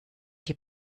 die